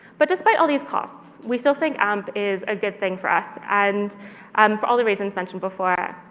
but despite all these costs, we still think amp is a good thing for us and um for all the reasons mentioned before.